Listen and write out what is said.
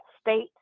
state